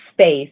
space